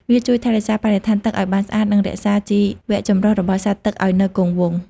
វាជួយថែរក្សាបរិស្ថានទឹកឲ្យបានស្អាត និងរក្សាជីវចម្រុះរបស់សត្វទឹកឲ្យនៅគង់វង្ស។